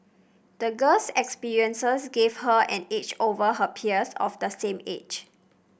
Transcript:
the girl's experiences gave her an edge over her peers of the same age